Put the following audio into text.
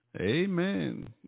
Amen